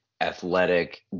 athletic